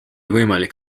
võimalik